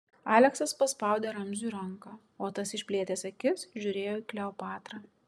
aleksas paspaudė ramziui ranką o tas išplėtęs akis žiūrėjo į kleopatrą